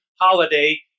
holiday